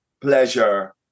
pleasure